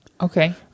Okay